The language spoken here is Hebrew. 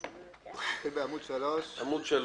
3,